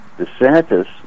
DeSantis